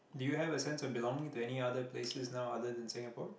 do you have a sense of belonging to any other places now other than Singapore